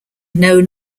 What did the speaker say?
known